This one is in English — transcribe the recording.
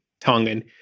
Tongan